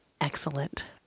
Excellent